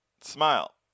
Smile